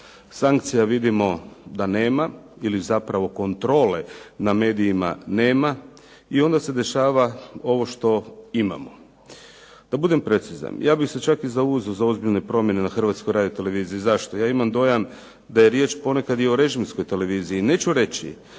Sankcija vidimo da nema ili zapravo kontrole nad medijima nema i onda se dešava ovo što imamo. Da budem precizan, ja bih se čak i zauzeo za ozbiljne promjene na Hrvatskoj radio-televiziji. Zašto? Ja imam dojam da je riječ ponekad i o režimskoj televiziji. Neću reći